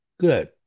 good